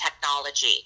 technology